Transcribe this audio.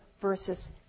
versus